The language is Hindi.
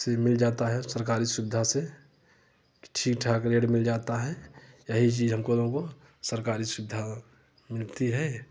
अच्छे से मिल जाता है सरकारी सुविधा से ठीक ठाक रेट मिल जाता है यही चीज हम लोगों को सरकारी सुविधा मिलती है